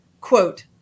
Quote